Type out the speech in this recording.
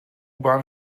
bahn